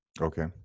okay